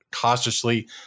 cautiously